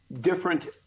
Different